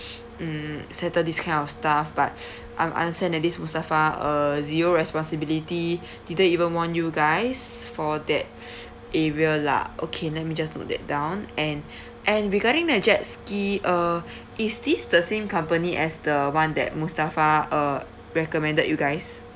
mm settle this kind of stuff but I understand that this mustafa uh zero responsibility didn't even warn you guys for that area lah okay let me just note that down and and regarding the jet ski uh is this the same company as the one that mustafa uh recommended you guys